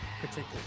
particular